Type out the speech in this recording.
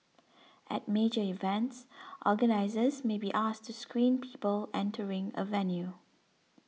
at major events organisers may be asked to screen people entering a venue